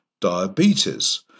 diabetes